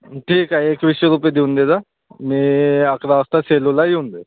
ठीक आहे एकवीसशे रुपये देऊन देजा मी अकरा वाजता सेलूला येऊन जाईल